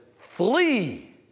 flee